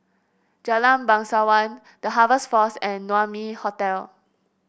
Jalan Bangsawan The Harvest Force and Naumi Hotel